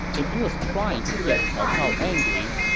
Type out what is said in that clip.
if he was trying to get cao cao angry,